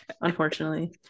unfortunately